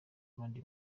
abandi